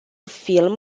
film